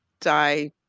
die